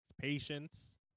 patience